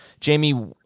Jamie